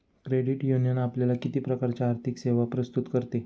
Credit union आपल्याला किती प्रकारच्या आर्थिक सेवा प्रस्तुत करते?